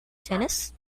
tennis